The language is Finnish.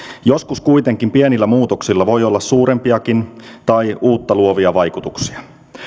joskus kuitenkin pienillä muutoksilla voi olla suurempiakin tai uutta luovia vaikutuksia